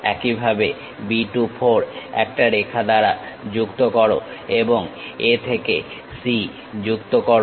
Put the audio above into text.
একইভাবে B 2 4 একটা রেখা দ্বারা যুক্ত করো এবং A থেকে C যুক্ত করো